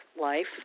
life